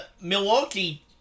Milwaukee